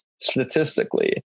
statistically